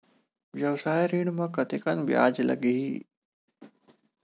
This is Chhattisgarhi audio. व्यवसाय ऋण म कतेकन ब्याज लगही?